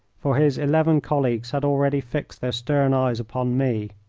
for his eleven colleagues had already fixed their stern eyes upon me.